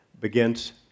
begins